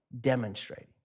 demonstrating